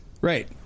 Right